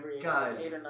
guys